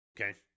Okay